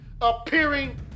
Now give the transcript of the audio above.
appearing